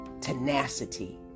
tenacity